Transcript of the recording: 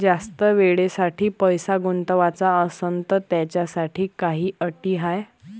जास्त वेळेसाठी पैसा गुंतवाचा असनं त त्याच्यासाठी काही अटी हाय?